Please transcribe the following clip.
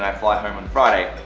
um fly home on friday.